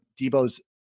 Debo's